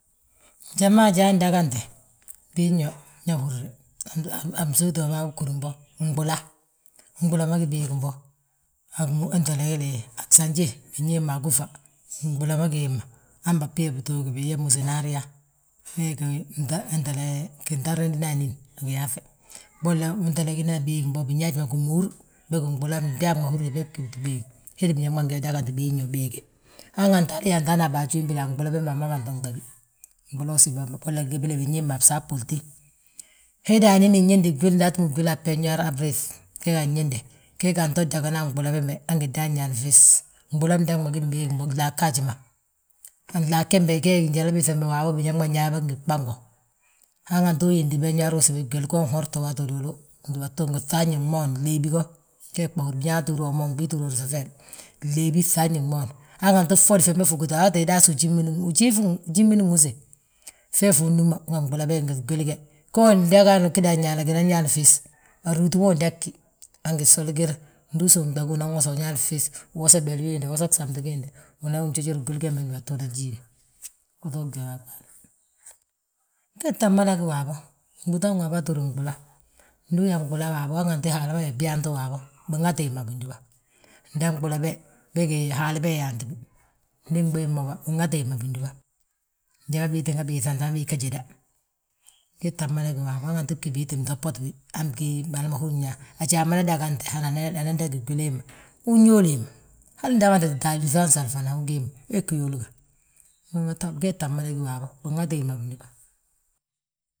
Njali ma ajaa ndangante, binyo ñe húru, a msóoti ma bâa be húri bo a nɓula, nɓala, nɓula, nɓala ma gí béegim bo, a gsanjé binyaa héd ma mbúla ma gí hemma. Han gi yaa bituugi binyaa músenaariya hetele gintardenina anín a giyaaŧe. Bolla wentele gínan béege biga yaa gimúur, bégi nɓúla mdaŋ ma húri yaa beeb gí béege, hédi biñaŋ ngin yo dagante, biinyo béege. Hanganti hali yaantite a baaji wembe, a nɓuli gembe a gi ma gi anto gdangí, binyaa hemma a bsaaɓulte. Héde binín nyidi gwil, nda atúm gwili a béñuwar han briif, bee bi anyinde, gee ga anto dagana a nɓula bembe, han gi dan ñaani fis. Nɓula mdaŋ ma gini béegi bómmu, glaa gaaji ma, glaage gí waabo njali ma biñaŋ ma nyaa bo ngi gbango, han gantí uyindi benñuwari usibi gwil, ge uhorte waati uduulu. Gdúbatu ngi gŧafñe gmoon, geeg bâjúru bijaa ttúur omon bii ttúur odisafel, gŧafñi gmoon. Hanganti ffodi fembe fi ugiti, a fwaati fe, dasu ujimmin, ujimin fi nwúse, fee fi unúm a nɓula be ngi gwili ge. Gee wo dangayi, han ugi daan ñaana ginan ñaani fis, a rúuti ma wi udangi, han gisoli giir, ndu usúmna, unan wosi uñaani fi, uwosa beli wiindi ma, uwosa gsamti giinde, unan jujur gwili gembe gdúbatu unan jiige, uto womte a ɓaale. Wee tta mada yaale waabo, gbúuta waabo tta húri nɓula, ndu uyaa nɓula waabo, hanganti Haala ma yaa gyaanti waabo binŋati hemma bindúba. be Haala ma hi yaantibà, njalima biiga biiŧante hamma bigaa jéda, gii tta mada gí waabo, hanganti bgi bii ttin ntoboto bi, han ana dangi gwili hemma. Unyóole hemma, hal ndagante tita alúŧi han salfana ugí hemma, wee ggí yóoli ga, gee tta mada gí waabo, binŋate hemma bindúba.